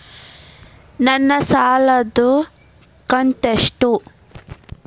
ನನ್ನ ಸಾಲದು ಕಂತ್ಯಷ್ಟು?